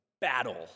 battle